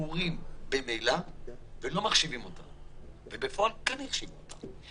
סגורים ולא מחשיבים אותם אבל בפועל כן החשיבו אותם.